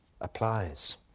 applies